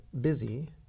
busy